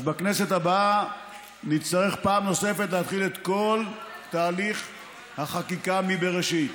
אז בכנסת הבאה נצטרך פעם נוספת להתחיל את כל תהליך החקיקה מבראשית,